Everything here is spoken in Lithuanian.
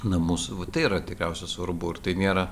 namus tai yra tikriausia svarbu ir tai nėra